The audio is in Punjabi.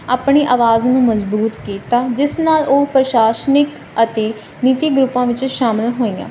ਆਪਣੀ ਆਵਾਜ਼ ਨੂੰ ਮਜਬੂਤ ਕੀਤਾ ਜਿਸ ਨਾਲ ਉਹ ਪ੍ਰਸ਼ਾਸਨਿਕ ਅਤੇ ਨੀਤੀ ਗਰੁੱਪਾਂ ਵਿੱਚ ਸ਼ਾਮਿਲ ਹੋਈਆਂ ਸਮਾਜਿਕ ਸੁਧਾਰ ਔਰਤਾਂ